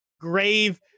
grave